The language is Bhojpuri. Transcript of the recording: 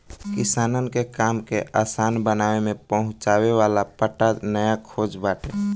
किसानन के काम के आसान बनावे में पहुंचावे वाला पट्टा नया खोज बाटे